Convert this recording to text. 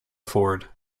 afford